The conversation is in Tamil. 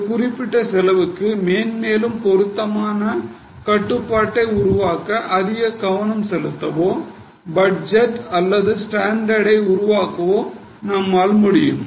ஒரு குறிப்பிட்ட செலவுக்கு மென்மேலும் பொருத்தமான கட்டுப்பாட்டை உருவாக்க அதிக கவனம் செலுத்தவோ பட்ஜெட் அல்லது ஸ்டாண்டர்டை உருவாக்கவோ நம்மால் முடியும்